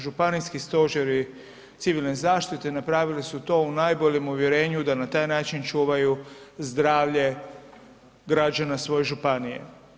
Županijski stožeri civilne zaštite napravili su to u najboljem uvjerenju da na taj način čuvaju zdravlje građana svoje županije.